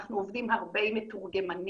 אנחנו עובדים הרבה עם מתורגמנים,